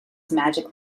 magic